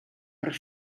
per